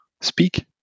speak